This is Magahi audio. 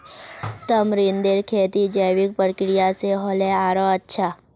तमरींदेर खेती जैविक प्रक्रिया स ह ल आरोह अच्छा